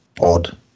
odd